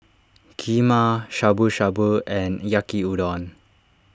Kheema Shabu Shabu and Yaki Udon